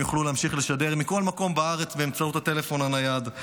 הם יוכלו להמשיך לשדר מכל מקום בארץ באמצעות הטלפון הנייד.